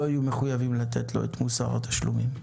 לא יהיו מחויבים לתת לו את מוסר התשלומים.